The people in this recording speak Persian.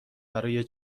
برای